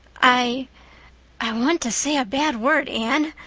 i i want to say a bad word, anne,